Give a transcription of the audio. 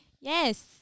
Yes